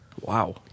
Wow